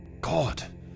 God